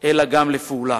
אלא גם לפעולה.